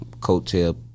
coattail